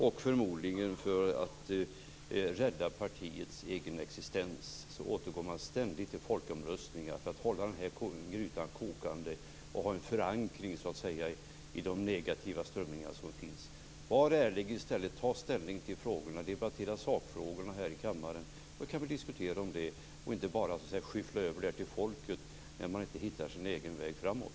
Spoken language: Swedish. Och förmodligen för att rädda partiets egen existens återgår man ständigt till folkomröstningar, för att hålla grytan kokande och ha en förankring i de negativa strömningar som finns. Var ärlig i stället! Ta ställning till frågorna! Debattera sakfrågorna här i kammaren, så vi kan diskutera dem, i stället för att bara skyffla över det här till folket när man inte hittar sin egen väg framåt.